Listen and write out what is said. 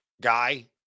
guy